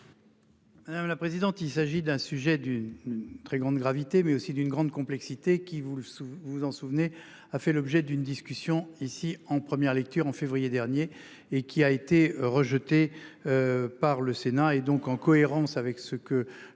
Madame la présidente. Il s'agit d'un sujet d'une très grande gravité mais aussi d'une grande complexité qui vous le, vous vous en souvenez, a fait l'objet d'une discussion ici, en première lecture en février dernier et qui a été rejeté. Par le Sénat et donc en cohérence avec ce que